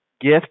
gift